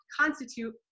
constitute